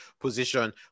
position